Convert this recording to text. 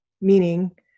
meaning